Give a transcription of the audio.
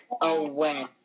away